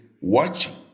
watching